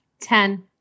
ten